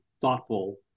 thoughtful